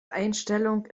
einstellung